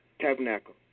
Tabernacle